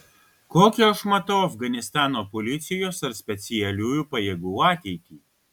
kokią aš matau afganistano policijos ar specialiųjų pajėgų ateitį